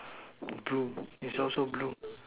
blue is also blue